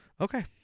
Okay